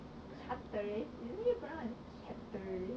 Chateraise isn't it pronounced as Chateraise